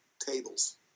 tables